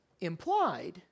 implied